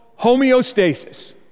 homeostasis